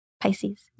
Pisces